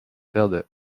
perdait